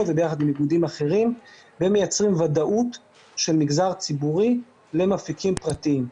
וביחד עם איגודים אחרים ומייצרים ודאות של מגזר ציבורי למפיקים פרטיים.